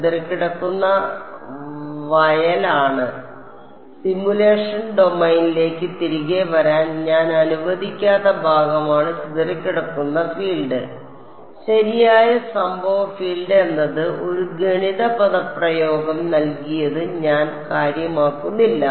ചിതറിക്കിടക്കുന്ന വയലാണ് സിമുലേഷൻ ഡൊമെയ്നിലേക്ക് തിരികെ വരാൻ ഞാൻ അനുവദിക്കാത്ത ഭാഗമാണ് ചിതറിക്കിടക്കുന്ന ഫീൽഡ് ശരിയായ സംഭവ ഫീൽഡ് എന്നത് ഒരു ഗണിത പദപ്രയോഗം നൽകിയത് ഞാൻ കാര്യമാക്കുന്നില്ല